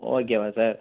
ஓகேவா சார்